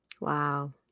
Wow